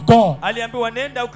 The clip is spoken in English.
God